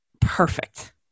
perfect